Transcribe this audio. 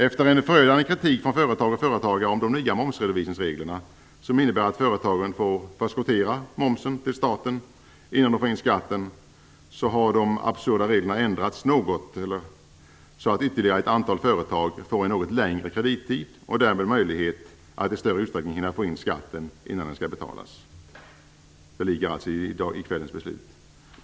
Efter en förödande kritik från företag och företagare om de nya momsredovisningsreglerna, som innebär att företagen får förskottera momsen till staten innan de får in skatten, har de absurda reglerna ändrats något, så att ytterligare ett antal företag får en något längre kredittid och därmed möjlighet att i större utsträckning hinna få in skatten innan den skall betalas. Det ingår alltså i kvällens beslut.